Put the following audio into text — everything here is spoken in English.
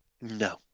No